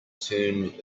turned